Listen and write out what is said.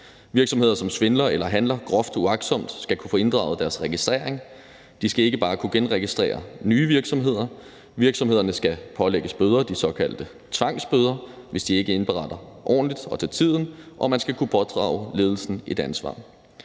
virksomheder, som svindler eller handler groft uagtsomt, skal kunne få inddraget deres registrering, de skal ikke bare kunne genregistrere nye virksomheder; virksomhederne skal pålægges bøder, de såkaldte tvangsbøder, hvis de ikke indberetter ordentligt og til tiden; og man skal kunne pådrage ledelsen et ansvar.